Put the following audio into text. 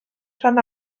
rhan